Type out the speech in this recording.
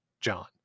john